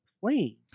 plane